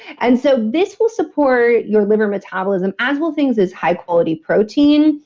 and so this will support your liver metabolism as well things as high quality protein.